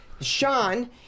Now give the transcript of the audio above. Sean